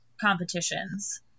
competitions